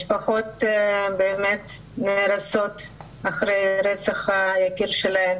משפחות באמת נהרסות אחרי רצח היקיר שלהן,